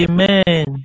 Amen